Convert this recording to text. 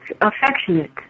affectionate